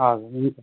हजुर हुन्छ